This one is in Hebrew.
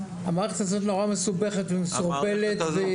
המערכת הזאת נורא מסובכת ומסורבלת.